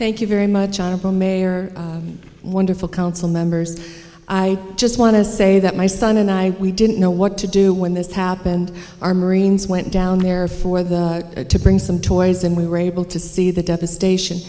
thank you very much honorable mayor wonderful council members i just want to say that my son and i we didn't know what to do when this happened our marines went down there for them to bring some toys and we were able to see the devastation